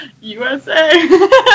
USA